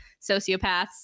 sociopaths